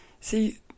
See